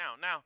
now